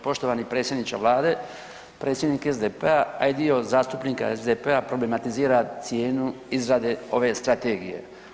Poštovani predsjedniče Vlade, predsjednik SDP-a, a i dio zastupnika SDP-a problematizira cijenu izrade ove strategije.